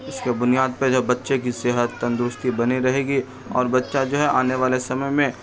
اس کے بنیاد پہ جب بچے کی صحت تندرستی بنی رہے گی اور بچہ جو ہے آنے والے سمے میں